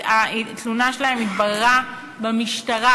והתלונה שלהם התבררה במשטרה.